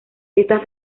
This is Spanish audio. esta